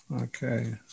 Okay